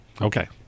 Okay